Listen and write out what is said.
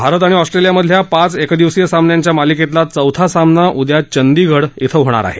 भारत आणि ऑस्ट्रेलियामधल्या पाच एकदिवसीय सामन्यांच्या मालिकेतला चौथा सामना उद्या चंदीगड खें होणार आहे